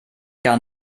gar